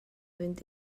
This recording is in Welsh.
fynd